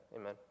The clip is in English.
Amen